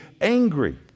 angry